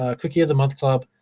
ah cookie of the month club.